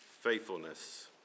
faithfulness